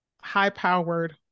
high-powered